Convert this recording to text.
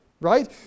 right